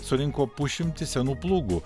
surinko pusšimtį senų plūgų